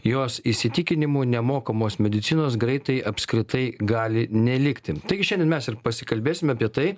jos įsitikinimu nemokamos medicinos greitai apskritai gali nelikti taigi šiandien mes ir pasikalbėsim apie tai